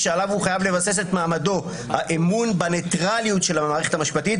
שעליו הוא חייב לבסס את מעמדו האמון בניטרליות של המערכת המשפטית".